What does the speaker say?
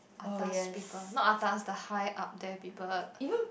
atas people not atas the high up there people